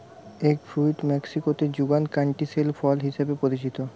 egg fruit মেক্সিকোতে যুগান canistel ফল হিসেবে পরিচিত